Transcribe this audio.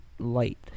light